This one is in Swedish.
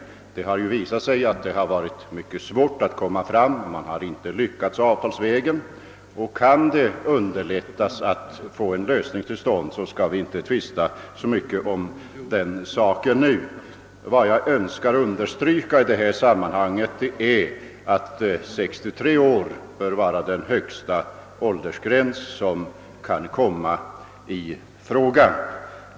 Det har nämligen visat sig vara mycket svårt att nå en överenskommelse — man har inte lyckats med det avtalsvägen — och kan detta underlätta att få en lösning till stånd bör vi inte tvista om den saken nu. Vad jag önskar understryka i detta sammanhang är att 63 år bör vara den högsta åldersgräns som kan komma i fråga.